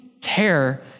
terror